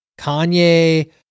Kanye